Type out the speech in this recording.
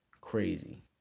Crazy